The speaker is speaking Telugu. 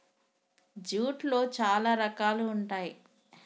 జూట్లో చాలా రకాలు ఉంటాయి